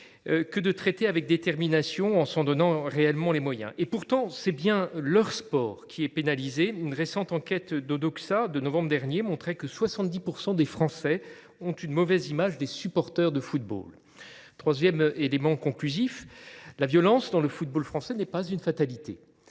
le problème avec détermination, en s’en donnant réellement les moyens. Pourtant, c’est bien leur sport qui est pénalisé. Une récente enquête d’Odoxa, de novembre dernier, montrait que 70 % des Français ont une mauvaise image des supporters de football. Troisième élément conclusif, la violence dans le football français n’est pas une fatalité.